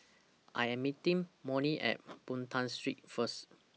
I Am meeting Molly At Boon Tat Street First